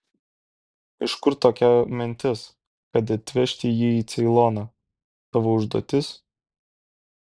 iš kur tokia mintis kad atvežti jį į ceiloną tavo užduotis